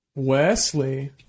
Wesley